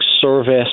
service